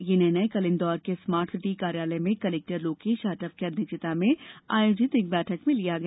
ये निर्णय कल इंदौर के स्मार्ट सिटी कार्यालय में कलेक्टर लोकेश जाटव की अध्यक्षता में आयोजित एक बैठक में लिया गया